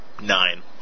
Nine